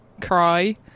cry